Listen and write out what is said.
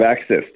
access